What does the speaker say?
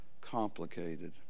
complicated